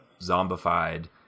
zombified